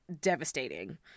devastating